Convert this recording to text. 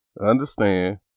understand